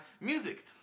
music